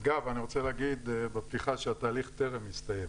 אגב, אני רוצה להגיד בפתיחה שהתהליך טרם הסתיים.